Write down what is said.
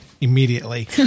immediately